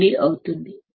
అవుతుంది